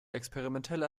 experimentelle